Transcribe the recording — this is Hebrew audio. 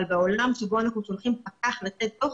אבל בעולם שבו אנחנו שולחים פקח לתת דוח,